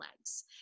legs